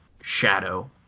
shadow